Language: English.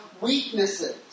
weaknesses